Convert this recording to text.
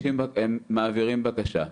הם מעבירים בקשה.